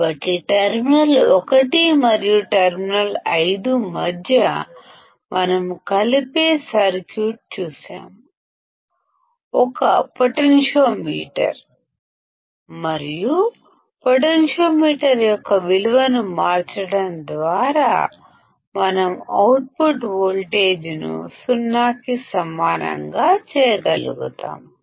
కాబట్టి టెర్మినల్ 1 మరియు టెర్మినల్ 5 మధ్య మనం కలిపే సర్క్యూట్ ని చూశాము ఒక పొటెన్షియోమీటర్మరియు పొటెన్షియోమీటర్ యొక్క విలువను మార్చడం ద్వారా మనం అవుట్పుట్ వోల్టేజ్ను సున్నా కి సమానంగా చేయగలుగుతాము